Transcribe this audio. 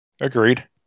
agreed